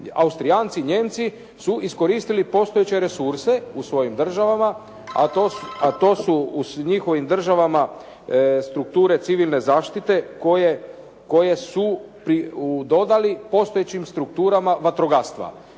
Austrijanci, Nijemci su iskoristili postojeće resurse u svojim državama, a to su u njihovim državama strukture civilne zaštite koje su dodali postojećim strukturama vatrogastva.